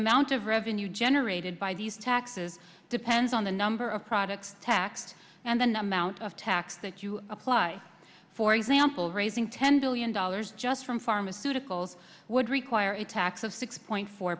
amount of revenue generated by these taxes depends on the number of products tax and then amount of tax that you apply for example raising ten billion dollars just from pharmaceuticals would require a tax of six point four